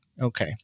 Okay